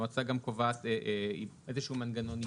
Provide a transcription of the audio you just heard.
המועצה גם קובעת איזה שהוא מנגנון עדכון.